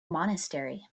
monastery